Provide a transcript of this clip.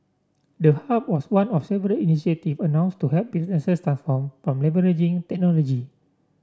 the hub was one of several initiative announced to help businesses transform by leveraging technology